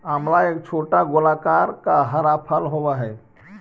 आंवला एक छोटा गोलाकार का हरा फल होवअ हई